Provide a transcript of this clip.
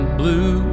blue